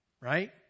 Right